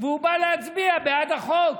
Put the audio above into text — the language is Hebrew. והוא בא להצביע בעד החוק.